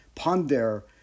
ponder